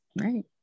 Right